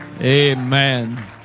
Amen